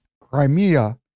Crimea